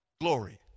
glory